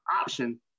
option